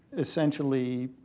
essentially,